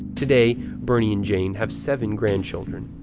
today, bernie and jane have seven grandchildren.